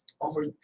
over